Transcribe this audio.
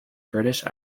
british